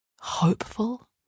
Hopeful